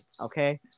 Okay